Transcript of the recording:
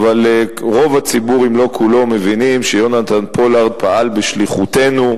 רוב הציבור אם לא כולו מבינים שיונתן פולארד פעל בשליחותנו,